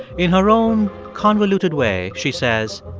in her own convoluted way, she says,